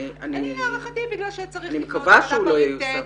אני מקווה שהוא לא ייושם.